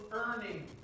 earning